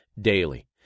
daily